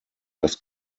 das